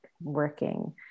working